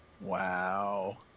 Wow